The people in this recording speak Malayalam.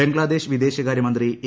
ബംഗ്ലാദേശ് വിദേശകാരൃമന്ത്രി എ